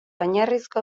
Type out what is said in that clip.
oinarrizko